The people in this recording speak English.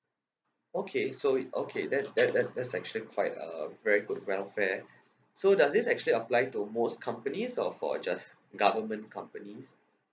okay so it okay that that that's actually quite uh very good welfare so does this actually apply to most companies or for just government company